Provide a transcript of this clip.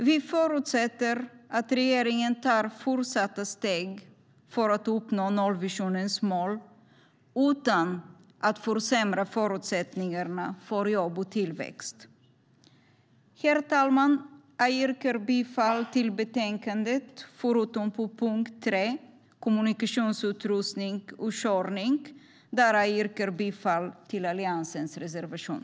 Vi förutsätter att regeringen tar fortsatta steg för att uppnå nollvisionens mål utan att försämra förutsättningarna för jobb och tillväxt. Herr talman! Jag yrkar bifall till förslaget i betänkandet förutom punkt 3, Kommunikationsutrustning och körning. Där yrkar jag bifall till Alliansens reservation.